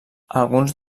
alguns